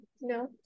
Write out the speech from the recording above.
No